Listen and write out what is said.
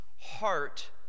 heart